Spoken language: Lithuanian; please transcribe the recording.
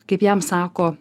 kaip jiem sako